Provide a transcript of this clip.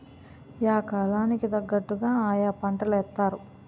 yeah కాలం కి తగ్గట్టుగా ఆయా పంటలేత్తారు